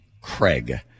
Craig